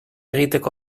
egiteko